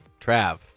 Trav